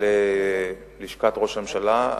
אל לשכת ראש הממשלה.